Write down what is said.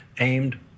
aimed